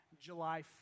July